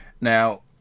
now